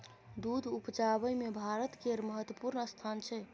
दूध उपजाबै मे भारत केर महत्वपूर्ण स्थान छै